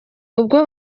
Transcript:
ubwo